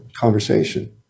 conversation